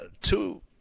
two